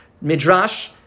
Midrash